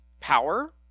power